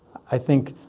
i think